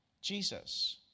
Jesus